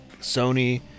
Sony